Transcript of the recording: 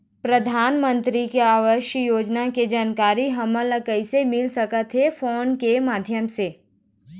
परधानमंतरी आवास योजना के जानकारी हमन ला कइसे मिल सकत हे, फोन के माध्यम से?